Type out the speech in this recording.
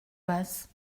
basse